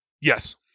Yes